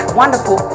wonderful